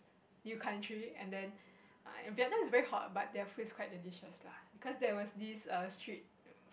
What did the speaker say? new country and then and Vietnam is very hot but their food is quite delicious lah cause there was this err street